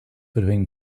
between